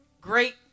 great